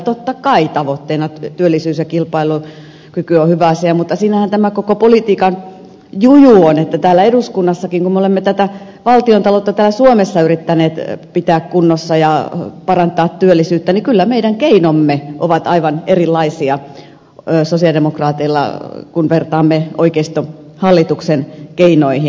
totta kai tavoitteina työllisyys ja kilpailukyky ovat hyvä asia mutta siinähän tämän koko politiikan juju on että täällä eduskunnassakin kun me olemme tätä valtion taloutta täällä suomessa yrittäneet pitää kunnossa ja parantaa työllisyyttä kyllä meidän keinomme ovat aivan erilaisia sosialidemokraateilla kun vertaamme oikeistohallituksen keinoihin